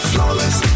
Flawless